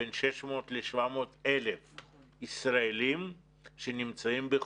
בין 600 ל-700 ישראלים שנמצאים בחו"ל,